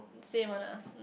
same one ah um